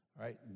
Right